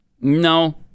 No